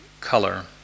color